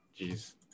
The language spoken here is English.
Jeez